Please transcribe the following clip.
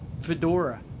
fedora